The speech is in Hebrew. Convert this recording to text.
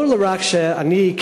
לא רק שאני,